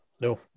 No